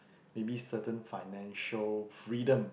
maybe certain financial freedom